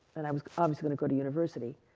and i was obviously going to go to university,